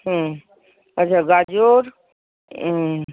আচ্ছা গাজর